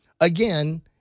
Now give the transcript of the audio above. again